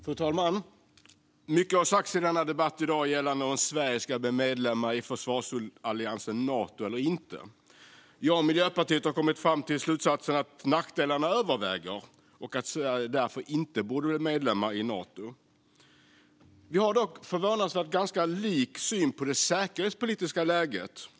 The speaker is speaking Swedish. Fru talman! Mycket har sagts i denna debatt i dag gällande om Sverige ska bli medlem i försvarsalliansen Nato eller inte. Jag och Miljöpartiet har kommit till slutsatsen att nackdelarna överväger och att Sverige därför inte bör bli medlem i Nato. Vi har dock förvånansvärt lika syn gällande det säkerhetspolitiska läget.